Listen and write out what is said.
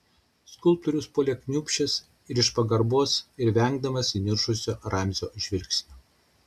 skulptorius puolė kniūbsčias ir iš pagarbos ir vengdamas įniršusio ramzio žvilgsnio